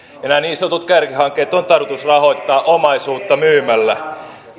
nämä niin sanotut kärkihankkeet on tarkoitus rahoittaa omaisuutta myymällä